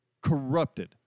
corrupted